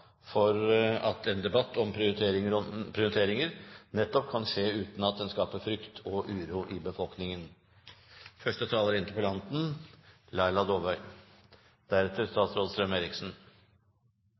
for at en debatt om prioriteringer nettopp kan skje uten at den skaper frykt og uro i befolkningen.